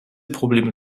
probleme